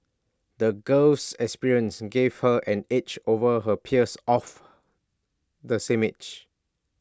the girl's experiences gave her an edge over her peers of the same age